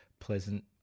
pleasant